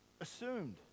assumed